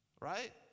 Right